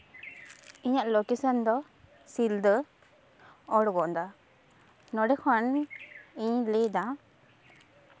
ᱤᱧᱟᱹᱜ ᱞᱳᱠᱮᱥᱮᱱ ᱫᱚ ᱥᱤᱞᱫᱟᱹ ᱚᱲᱜᱚᱸᱫᱟ ᱱᱚᱰᱮ ᱠᱷᱚᱱ ᱤᱧ ᱞᱟᱹᱭᱫᱟ